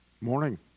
morning